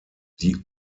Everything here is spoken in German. die